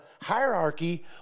hierarchy